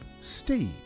Steve